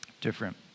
different